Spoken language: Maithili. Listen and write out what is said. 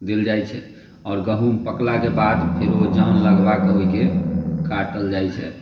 देल जाइत छै आओर गहुँम पकलाके बाद फेरो जन लगबा कऽ ओहिके काटल जाइत छै